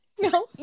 no